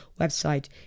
website